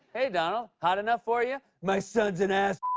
hey, donald. hot enough for you? my son's an ass